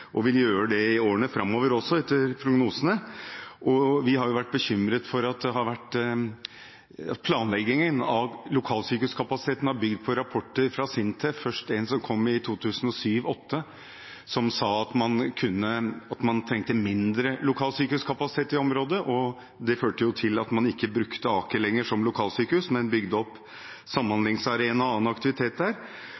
og etter prognosene vil gjøre det i årene framover også. Vi har vært bekymret for at planleggingen av lokalsykehuskapasiteten har bygd på rapporter fra Sintef – først en som kom i 2007–2008 – som sa at man trengte mindre lokalsykehuskapasitet i området. Det førte til at man ikke lenger brukte Aker som lokalsykehus, men bygde opp